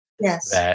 Yes